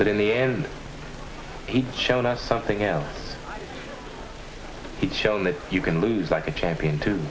but in the end he showed us something else he's shown that you can lose like a champion to